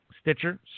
Stitcher